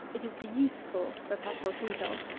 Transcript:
it is the useful that i shall treat of,